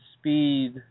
speed